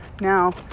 now